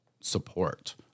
support